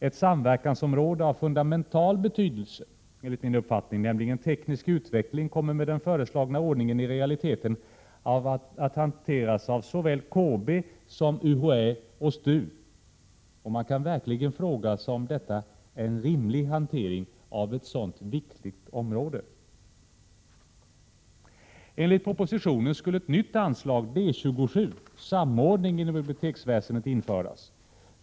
Ett samverkansområde av fundamental betydelse, nämligen teknisk utveckling, kommer med den föreslagna ordningen i realiteten att hanteras av såväl KB som UHÄ och STU. Är detta verkligen en rimlig hantering av ett så viktigt område? Enligt propositionen skulle ett nytt anslag, D 27 Samordning inom biblioteksväsendet, införas.